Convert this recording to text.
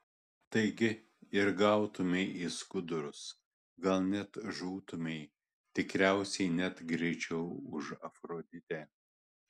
taigi ir gautumei į skudurus gal net žūtumei tikriausiai net greičiau už afroditę